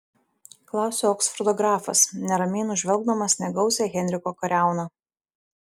klausia oksfordo grafas neramiai nužvelgdamas negausią henriko kariauną